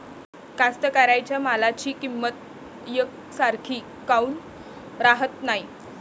कास्तकाराइच्या मालाची किंमत यकसारखी काऊन राहत नाई?